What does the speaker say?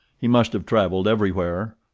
he must have travelled everywhere,